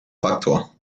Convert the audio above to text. faktor